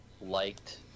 liked